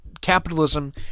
capitalism